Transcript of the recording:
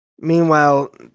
meanwhile